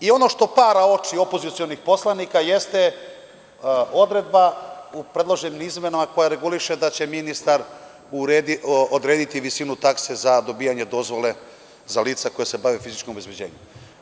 Ono što para oči opozicionih poslanika jeste odredba o predloženim izmenama koja reguliše da će ministar odrediti visinu takse za dobijanje dozvole za lica koja se bave fizičkim obezbeđenjem.